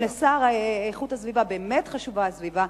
אם לשר לאיכות הסביבה באמת חשובה הסביבה,